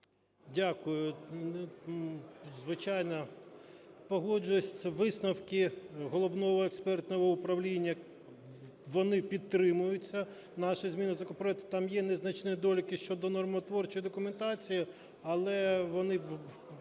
Дякую. Звичайно, погоджуюсь. Висновки Головного експертного управління, вони підтримуються, наші зміни до законопроекту, там є незначні недоліки щодо нормотворчої документації, але вони